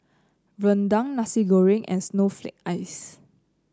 rendang Nasi Goreng and Snowflake Ice